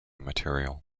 material